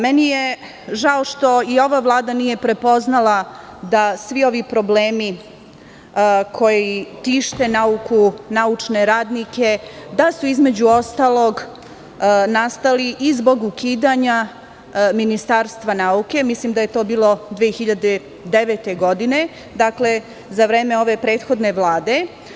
Meni je žao što i ova Vlada nije prepoznala da svi ovi problemi koji tište nauku, naučne radnike, da su između ostalog nastali i zbog ukidanja ministarstva nauke i to je bilo 2009. godine, dakle, za vreme ove prethodne Vlade.